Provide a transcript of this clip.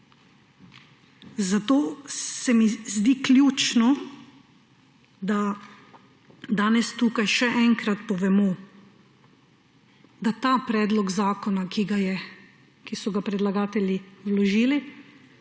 Zato se mi zdi ključno, da danes tukaj še enkrat povemo, da pri tem predlogu zakona, ki so ga predlagatelji vložili,